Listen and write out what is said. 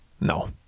no